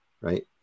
right